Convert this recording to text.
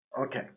Okay